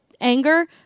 anger